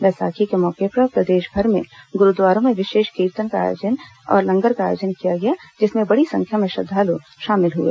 बैसाखी के मौके पर प्रदेशभर में गुरूद्वारों में विशेष कीर्तन के साथ साथ लंगर का आयोजन किया गया जिसमें बड़ी संख्या में श्रद्दालु शामिल हुए